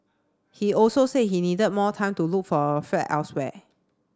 he also said he needed more time to look for a flat elsewhere